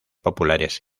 populares